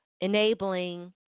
enabling